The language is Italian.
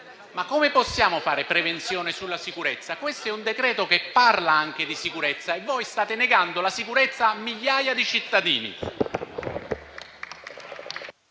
Ma come possiamo fare prevenzione sulla sicurezza? Questo è un decreto che parla anche di sicurezza e voi state negando la sicurezza a migliaia di cittadini.